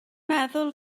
meddwl